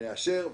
נאשר,